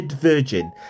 Virgin